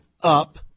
up